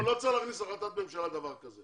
אני לא צריך להכניס דבר כזה